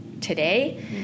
today